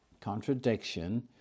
contradiction